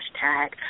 hashtag